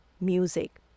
music